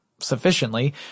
sufficiently